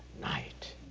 night